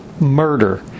murder